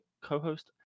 co-host